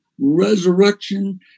resurrection